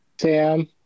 Sam